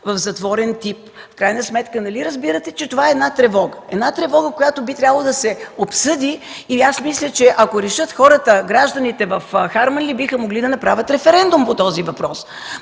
в затворен тип? В крайна сметка нали разбирате, че това е тревога, която би трябвало да се обсъди. Аз мисля, че ако хората, гражданите в Харманли решат, биха могли да направят референдум по този въпрос.